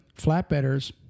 flatbedders